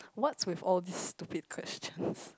what's with all these stupid questions